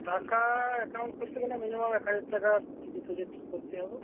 টাকা অ্যাকাউন্ট খুলতে গেলে মিনিমাম এক হাজার টাকা ডিপোজিট করতে হবে